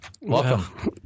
Welcome